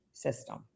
System